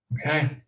Okay